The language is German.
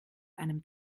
einem